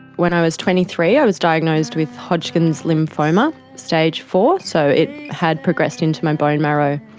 when i was twenty three i was diagnosed with hodgkin's lymphoma, stage four. so it had progressed into my bone marrow.